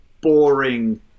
boring